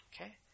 Okay